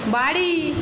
বাড়ি